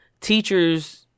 teachers